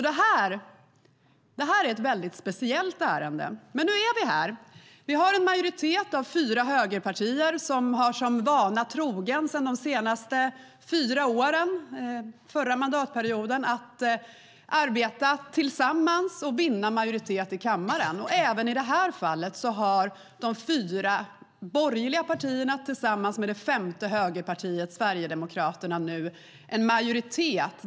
Detta är alltså ett väldigt speciellt ärende. Men nu är vi här. Vi har en majoritet av fyra högerpartier som är trogna sin vana att under de senaste fyra åren, den förra mandatperioden, arbeta tillsammans och vinna majoritet i kammaren. Även i det här fallet har de fyra borgerliga partierna tillsammans med det femte högerpartiet, Sverigedemokraterna, nu en majoritet.